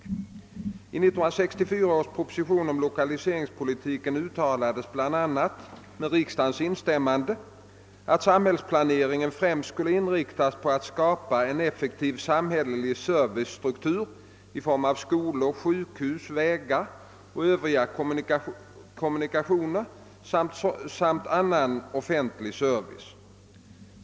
I 1964 års proposition om lokaliseringspolitiken uttalades bl.a., med riksdagens instämmande, att samhällsplaneringen främst skulle inriktas på att skapa en effektiv samhällelig servicestruktur i form av skolor, sjukhus, vägar och övriga kommunikationer samt annan offentlig service.